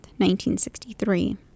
1963